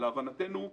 להבנתנו,